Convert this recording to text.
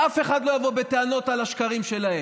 שאף אחד לא יבוא בטענות על השקרים שלהם.